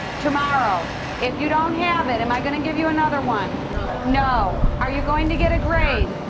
tomorrow if you don't have it, am i going to give you another one? no. no. are you going to get a grade?